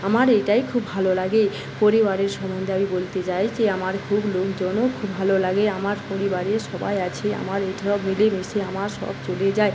আমার এইটাই খুব ভালো লাগে পরিবারের সম্বন্ধে আমি বলতে চাই যে আমার খুব লোকজনও খুব ভালো লাগে আমার পরিবারে সবাই আছি আমার এই মিলেমিশে আমার সব চলে যায়